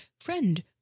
friend